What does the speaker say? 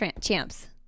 Champs